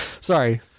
Sorry